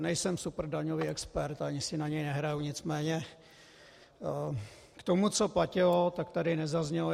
Nejsem superdaňový expert ani si na něj nehraji, nicméně k tomu, co platilo, tak tady nezaznělo.